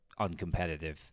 uncompetitive